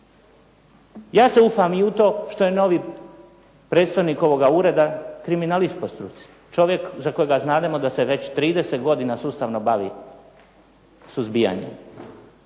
Ja se ufam i u to što je novi predstojnik ovoga ureda kriminalist po struci, čovjek za kojega znademo da se već 30 godina sustavno bavi suzbijanjem